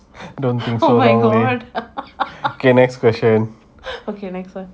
don't do so long leh okay next question